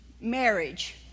marriage